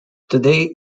today